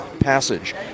passage